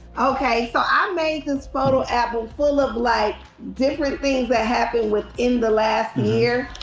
okay, so i made this photo album full of like different things that happened within the last year.